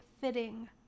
fitting